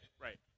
Right